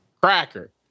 Cracker